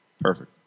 Perfect